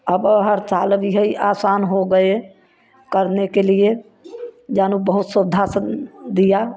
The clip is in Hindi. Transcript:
अब हर साल अब इहै आसान हो गए करने के लिए जानो बहुत सुविधा से दिया